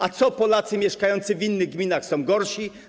A co, Polacy mieszkający w innych gminach są gorsi?